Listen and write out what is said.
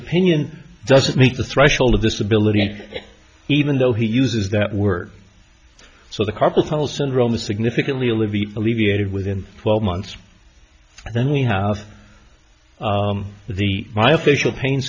opinion doesn't meet the threshold of disability even though he uses that word so the carpal tunnel syndrome significantly olivia alleviated within twelve months and then we have the my official pain